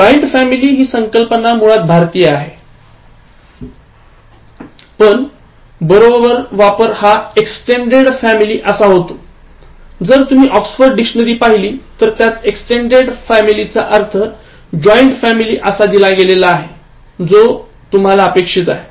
joint family हि संकल्पना मुळात भारतीय आहे पण बरोबर वापर हा extended family असा होतो जर तुम्ही ऑक्सफेर्ड डिक्शनरी पहिलीतर त्यात extended family चा अर्थ joint family असा दिला गेलेला आहे जो तुम्हाला अपेक्षित आहे